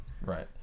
right